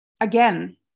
Again